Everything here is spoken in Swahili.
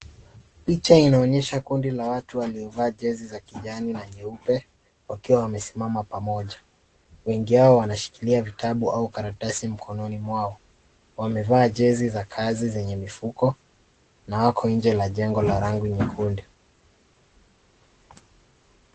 Picha hii inaonyesha kundi la watu waliovaa jezi ya kijani na jeupe, wakiwa wamesimama pamoja. Wengi wao wanashikilia vitabu au karatasi mkononi mwao. Wamevaa jezi za kazi zenye mifuko na wao nje ya jengo la rangi nyekundu.